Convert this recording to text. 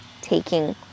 taking